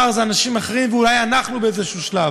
מחר זה אנשים אחרים, ואולי אנחנו באיזשהו שלב.